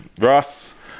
Russ